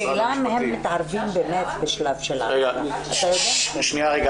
השאלה אם הם מתערבים באמת בשלב של ה- -- אם אפשר שאלה,